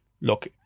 Look